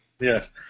Yes